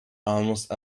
almost